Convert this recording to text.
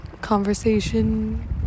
conversation